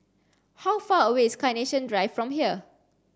how far away is Carnation Drive from here